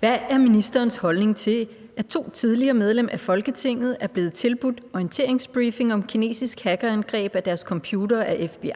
Hvad er ministerens holdning til, at to tidligere medlemmer af Folketinget er blevet tilbudt orienteringsbriefing om kinesisk hackerangreb af deres computere af FBI